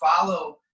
follow